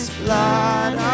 blood